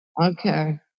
Okay